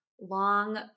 Long